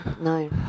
No